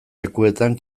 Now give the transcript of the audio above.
lekuetan